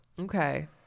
Okay